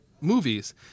movies